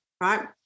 right